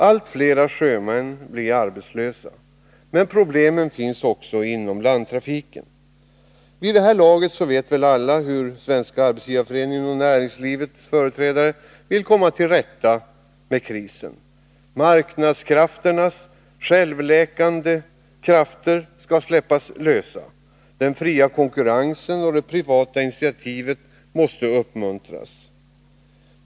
Allt fler sjömän blir arbetslösa. Men problemen finns också inom landtrafiken. Vid det här laget vet alla hur Svenska arbetsgivareföreningen och näringslivets företrädare vill komma till rätta med krisen: Marknadskrafternas ”självläkande” krafter skall släppas lösa — den s.k. fria konkurrensen och det privata initiativet måste uppmuntras.